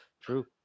True